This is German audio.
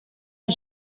mit